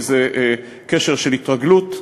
איזה קשר של התרגלות,